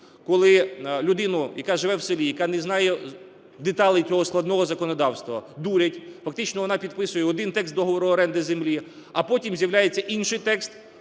коли людину, яка живе в селі, яка не знає деталей цього складного законодавства, дурять, фактично вона підписує один текст договору оренди землі, а потім з'являється інший текст,